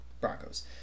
Broncos